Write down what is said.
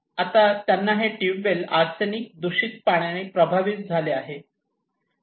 आता त्यांना हे ट्यूबवेल आर्सेनिक दूषित पाण्याने प्रभावित झाले आहे